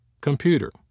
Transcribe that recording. Computer